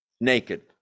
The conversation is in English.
naked